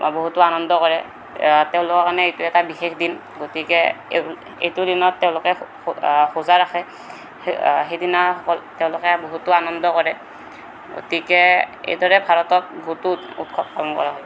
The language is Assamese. বহুতো আনন্দ কৰে তেওঁলোকৰ কাৰণে এইটো এটা বিশেষ দিন গতিকে এইটো দিনত তেওঁলোকে সো সোজা ৰাখে সেইদিনা তেওঁলোকে বহুতো আনন্দ কৰে গতিকে এইদৰে ভাৰতত বহুতো উৎ উৎসৱ পালন কৰা হয়